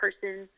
person